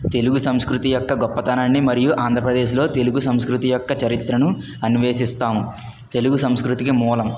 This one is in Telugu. తెలుగు సంస్కృతి యొక్క గొప్పతనాన్ని మరియు ఆంధ్రప్రదేశ్లో తెలుగు సంస్కృతి యొక్క చరిత్రను అన్వేషిస్తాం తెలుగు సంస్కృతికి మూలం